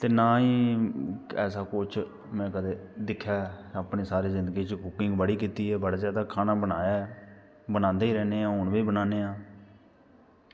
ते ना ई कदें ऐसा किश दिक्खेआ अपनी जिंदगी बिच कुकिंग बड़ी कीती ऐ बड़ा खाना बनाया ऐ बनांदे गै रौह्न्ने आं हून बी बनांदे रौह्न्ने आं